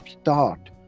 start